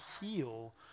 heal